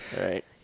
right